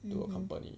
mmhmm